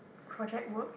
project work